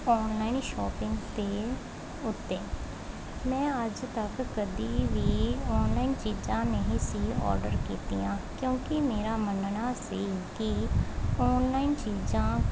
online shopping ਤੇ ਉੱਤੇ ਮੈਂ ਅੱਜ ਤੱਕ ਕਦੇ ਵੀ ਔਨਲਾਈਨ ਚੀਜ਼ਾਂ ਨਹੀਂ ਸੀ ਔਡਰ ਕੀਤੀਆਂ ਕਿਉਂਕਿ ਮੇਰਾ ਮੰਨਣਾ ਸੀ ਕਿ ਔਨਲਾਈਨ ਚੀਜ਼ਾਂ